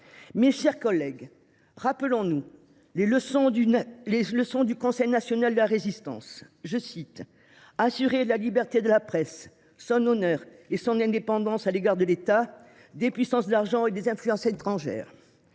Mes chers collègues, souvenons nous des leçons du Conseil national de la Résistance :« Assurer la liberté de la presse, son honneur et son indépendance à l’égard de l’État, des puissances d’argent et des influences étrangères.